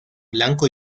blanco